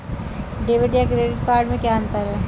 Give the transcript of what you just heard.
Debit या credit card में क्या अन्तर है?